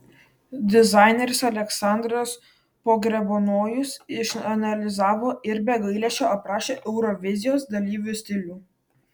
dizaineris aleksandras pogrebnojus išanalizavo ir be gailesčio aprašė eurovizijos dalyvių stilių